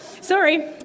Sorry